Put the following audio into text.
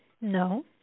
no